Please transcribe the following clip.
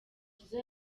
jizzo